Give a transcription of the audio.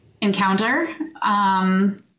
encounter